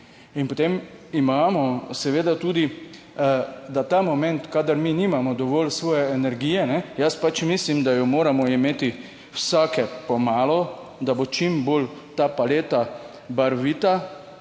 In potem imamo seveda tudi, da ta moment, kadar mi nimamo dovolj svoje energije, jaz pač mislim, da jo moramo imeti vsake po malo, da bo čim bolj ta paleta barvita,